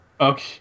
Okay